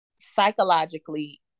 psychologically